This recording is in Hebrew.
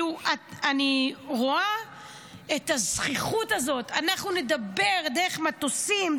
אני רואה את הזחיחות הזאת: אנחנו נדבר דרך מטוסים,